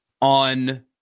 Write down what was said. on